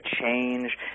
change